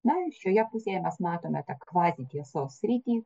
na o šioje pusėje mes matome tą kvazitiesosos sritį